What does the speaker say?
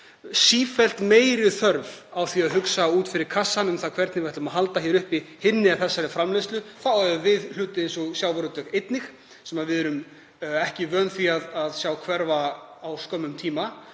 sífellt meiri þörf á því að hugsa út fyrir kassann um það hvernig við ætlum að halda uppi hinni eða þessari framleiðslu. Þá á ég einnig við hluti eins og sjávarútveg sem við erum ekki vön að sjá hverfa á skömmum tíma